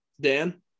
Dan